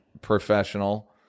professional